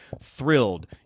thrilled